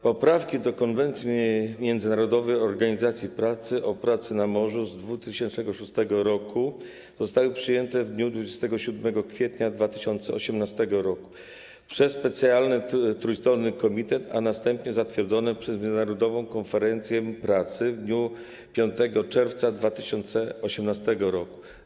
Poprawki do Konwencji Międzynarodowej Organizacji Pracy o pracy na morzu z 2006 r. zostały przyjęte w dniu 27 kwietnia 2018 r. przez specjalny trójstronny komitet, a następnie zatwierdzone przez Międzynarodową Konferencję Pracy w dniu 5 czerwca 2018 r.